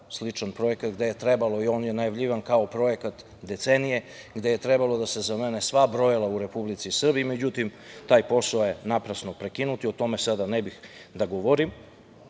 sličan projekat gde je trebalo, i on je najavljivan kao projekat decenije, da se zamene sva brojila u Republici Srbiji. Međutim, taj posao je naprasno prekinut i o tome sada ne bih da govorim,